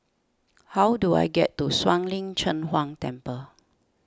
how do I get to Shuang Lin Cheng Huang Temple